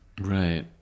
Right